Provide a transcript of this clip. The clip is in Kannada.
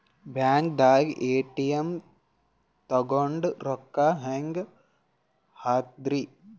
ಬ್ಯಾಂಕ್ದಾಗ ಎ.ಟಿ.ಎಂ ತಗೊಂಡ್ ರೊಕ್ಕ ಹೆಂಗ್ ಹಾಕದ್ರಿ?